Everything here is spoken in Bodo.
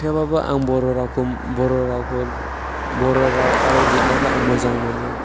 थेवब्लाबो आं बर' रावखौ आरो लिरनायखौ आं मोजां मोनो